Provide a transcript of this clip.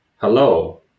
Hello